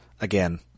again